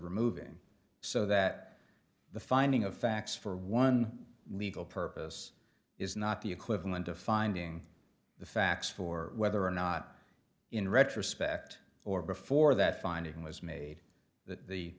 removing so that the finding of facts for one legal purpose is not the equivalent of finding the facts for whether or not in retrospect or before that finding was made th